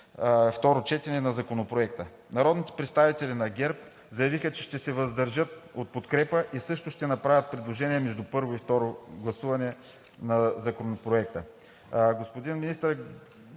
второ четене на Законопроекта. Народните представители на ГЕРБ заявиха, че ще се въздържат от подкрепа и също ще направят предложения между първо и второ четене на Законопроекта.